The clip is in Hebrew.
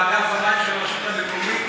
באגף המים של הרשות המקומית,